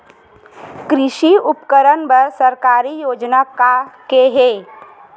कृषि उपकरण बर सरकारी योजना का का हे?